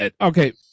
okay